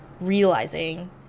realizing